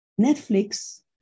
Netflix